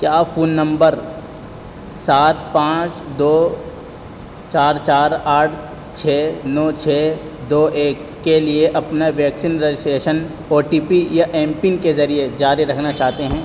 کیا آپ phone number سات پانچ دو چار چار آٹھ چھ نو چھ دو ایک کے لیے اپنا vaccine registration O T P یا ایم پن کے ذریعے جاری رکھنا چاہتے ہیں